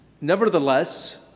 nevertheless